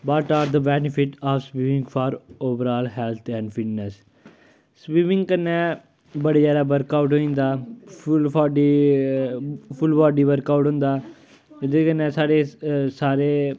what are the benefit of swimming for overall health and fitness swimming कन्नै बड़ा जादा work out होई जंदा full body full body work out होंदा जेह्दे कन्नै साढ़े सारे